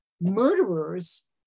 murderers